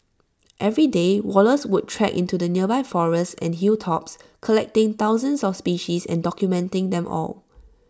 every day Wallace would trek into the nearby forests and hilltops collecting thousands of species and documenting them all